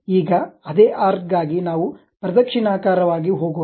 ಈಗ ಅದೇ ಆರ್ಕ್ ಗಾಗಿ ನಾವು ಪ್ರದಕ್ಷಿಣಾಕಾರವಾಗಿ ಹೋಗೋಣ